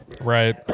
Right